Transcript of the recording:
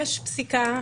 יש פסיקה